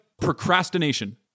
procrastination